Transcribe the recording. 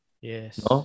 Yes